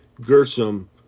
Gershom